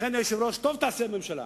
לכן, היושב-ראש, טוב תעשה הממשלה